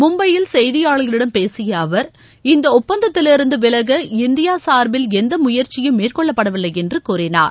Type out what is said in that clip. மும்பையில் செய்தியாளர்களிடம் பேசிய அவர் இந்த இப்பந்தத்தலிருந்து விலக இந்தியா சார்பில் எந்த முயற்சியும் மேற்கொள்ளப்படவில்லை என்று கூறினார்